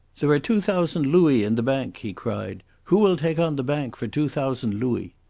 there are two thousand louis in the bank, he cried. who will take on the bank for two thousand louis?